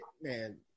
Man